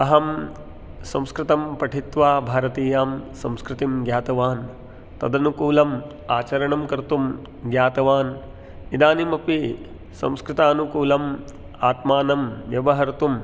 अहं संस्कृतं पठित्वा भारतीयां संस्कृतिं ज्ञातवान् तदनुकूलम् आचरणं कर्तुं ज्ञातवान् इदानीमपि संस्कृतानुकूलम् आत्मानं व्यवहर्तुं